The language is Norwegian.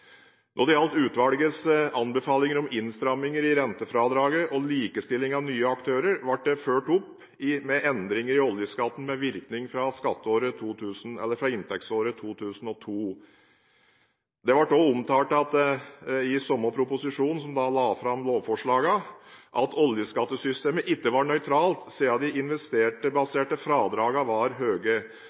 Når det gjaldt utvalgets anbefalinger om innstramminger i rentefradraget og likestilling av nye aktører, ble det ført opp endringer i oljeskatten med virkning fra inntektsåret 2002. Det ble også omtalt i samme proposisjon som la fram lovforslagene, at oljeskattesystemet ikke var nøytralt siden de investeringsbaserte fradragene var